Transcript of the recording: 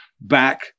back